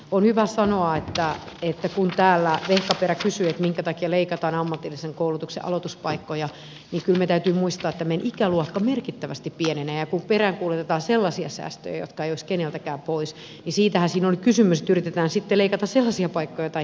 on hyvä sanoa kun täällä vehkaperä kysyi minkä takia leikataan ammatillisen koulutuksen aloituspaikkoja että kyllä meidän täytyy muistaa että meidän ikäluokka merkittävästi pienenee ja kun peräänkuulutetaan sellaisia säästöjä jotka eivät olisi keneltäkään pois niin siitähän siinä oli kysymys että yritetään sitten leikata sellaisia paikkoja joita ei tarvita